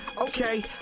okay